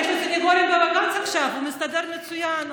יש לו סנגורים בבג"ץ עכשיו, הוא מסתדר מצוין.